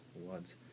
words